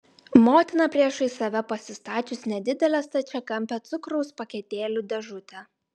motina priešais save pasistačiusi nedidelę stačiakampę cukraus paketėlių dėžutę